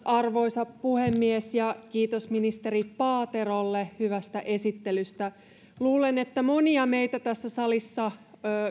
arvoisa puhemies kiitos ministeri paaterolle hyvästä esittelystä luulen että monia meitä tässä salissa